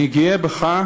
אני גאה בך